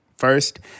First